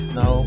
no